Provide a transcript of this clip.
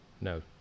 no